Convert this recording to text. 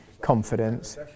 confidence